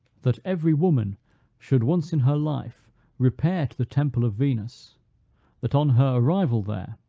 that every woman should once in her life repair to the temple of venus that on her arrival there,